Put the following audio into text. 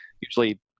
Usually